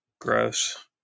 Gross